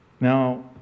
Now